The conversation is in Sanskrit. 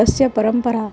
तस्य परम्परा